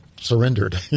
surrendered